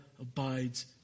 abides